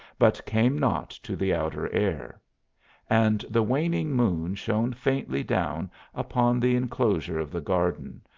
but came not to the outer air and the waning moon shone faintly down upon the enclosure of the garden,